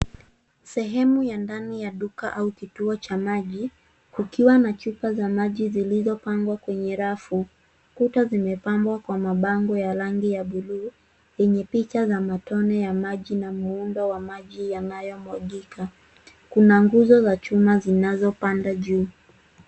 Sehemu ya ndani ya duka au kituo cha maji kukiwa na chupa za maji zilizopangwa kwenye rafu kuta zimepangwa kwa mabango ya rangi ya buluu yenye picha za matone ya maji na muundo wa maji yanyomwagika kuna nguzo za chuma zinazopanda juu.